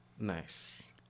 Nice